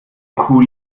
kuh